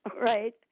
Right